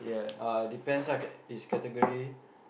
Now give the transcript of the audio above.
uh depends ah cate~ is category